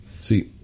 See